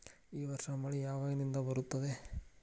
ಈ ವರ್ಷ ಮಳಿ ಯಾವಾಗಿನಿಂದ ಬರುತ್ತದೆ?